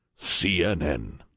CNN